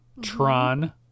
Tron